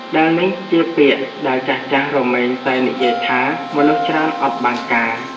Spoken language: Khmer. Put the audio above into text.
ដែលនេះជាពាក្យដែលចាស់ៗរមែងតែងនិយាយថា មនុស្សច្រើន អត់បានការ។